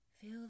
Feel